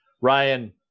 Ryan